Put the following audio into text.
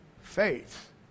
faith